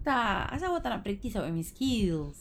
tak asal aku tak nak practise on my skills